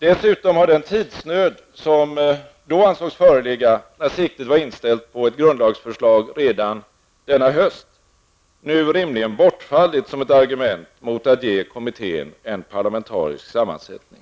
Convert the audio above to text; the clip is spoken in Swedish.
Dessutom har den tidsnöd som då ansågs föreligga, när siktet var inställt på ett grundlagsförslag redan denna höst, nu rimligen bortfallit som ett argument mot att ge kommittén en parlamentarisk sammansättning.